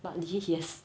partly yes